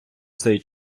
цей